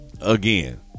again